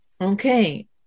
okay